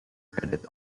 credit